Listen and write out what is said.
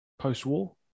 post-war